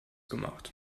gemacht